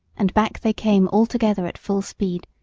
and back they came altogether at full speed,